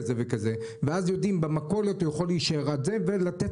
ואז יודעים במכולת שהוא יכול להישאר ולתת